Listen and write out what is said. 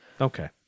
Okay